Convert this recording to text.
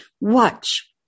Watch